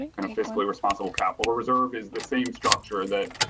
and a fiscally responsible capital reserve is the same structure that.